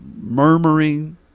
murmuring